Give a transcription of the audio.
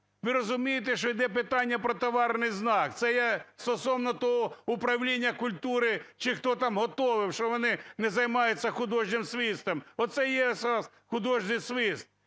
Ви розумієте, що йде питання про товарний знак, це я стосовно того – управління культури чи хто там готовив, що вони не займаються художнім свистом. Оце є зараз художній свист.